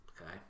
Okay